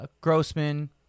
Grossman